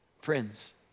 Friends